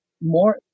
more